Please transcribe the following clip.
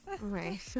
Right